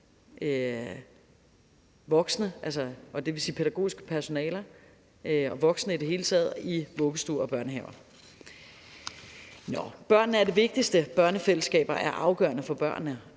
voksne – og det vil sige pædagogisk personale og voksne i det hele taget – i vuggestuer og børnehaver. Børnene er det vigtigste, og børnefællesskaber er afgørende for børnene.